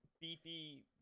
beefy